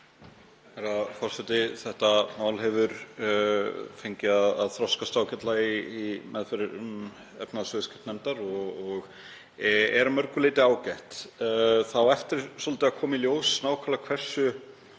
Þetta mál hefur fengið að þroskast ágætlega í meðförum efnahags- og viðskiptanefndar og er að mörgu leyti ágætt. Það á eftir að koma í ljós nákvæmlega hversu